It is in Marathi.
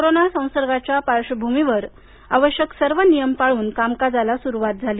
कोरोना संसर्गाच्या पार्श्वभूमीवर आवश्यक सर्व नियम पाळून कामकाजाला सुरुवात झाली